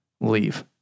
Leave